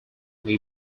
may